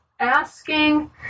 asking